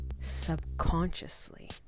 subconsciously